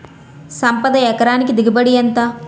సంపద ఎకరానికి దిగుబడి ఎంత?